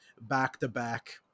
back-to-back